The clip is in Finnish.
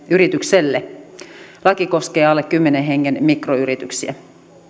yritykselle laki koskee alle kymmenen hengen mikroyrityksiä